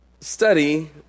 study